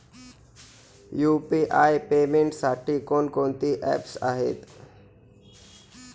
UPI पेमेंटसाठी कोणकोणती apps आहेत?